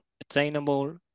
attainable